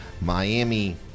Miami –